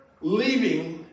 leaving